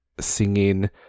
singing